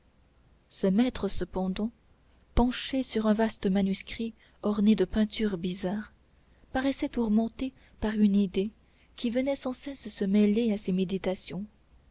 ce maître cependant penché sur un vaste manuscrit orné de peintures bizarres paraissait tourmenté par une idée qui venait sans cesse se mêler à ses méditations